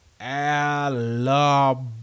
Alabama